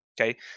Okay